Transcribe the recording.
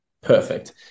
perfect